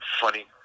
funny